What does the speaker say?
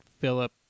Philip